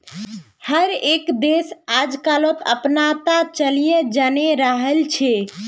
हर एक देश आजकलक अपनाता चलयें जन्य रहिल छे